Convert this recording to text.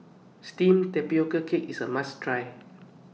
Steamed Tapioca Cake IS A must Try